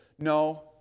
No